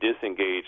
disengaged